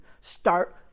start